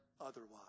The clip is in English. otherwise